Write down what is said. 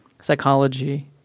psychology